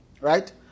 right